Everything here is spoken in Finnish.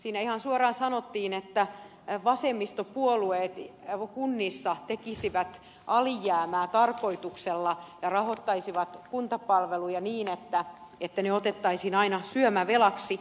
siinä ihan suoraan sanottiin että vasemmistopuolueet kunnissa tekisivät alijäämää tarkoituksella ja rahoittaisivat kuntapalveluja niin että ne otettaisiin aina syömävelaksi